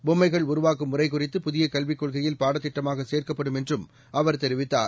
பொம்மைகள்உருவாக்கும்முறைகுறித்துபுதியகல்விக் கொள்கையில்பாடத்திட்டமாகசேர்க்கப்படும்என்றும்அவ ர்தெரிவித்தார்